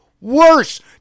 worse